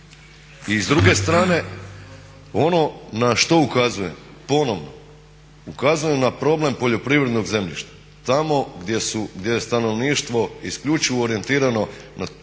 I s druge strane, ono na što ukazujem ponovno, ukazujem na problem poljoprivrednog zemljišta tamo gdje su, gdje je stanovništvo isključivo orijentirano,